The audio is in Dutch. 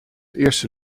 eerste